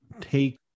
take